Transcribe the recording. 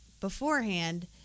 beforehand